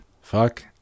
Fuck